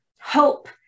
hope